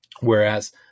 Whereas